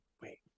Wait